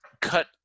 cut